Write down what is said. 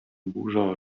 burza